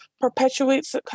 perpetuates